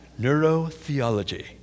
Neurotheology